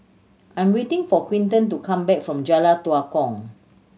I am waiting for Quinten to come back from Jalan Tua Kong